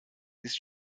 ist